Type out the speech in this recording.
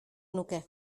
nuke